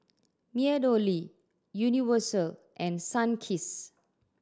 MeadowLea Universal and Sunkist